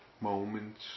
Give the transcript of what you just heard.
moments